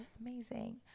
amazing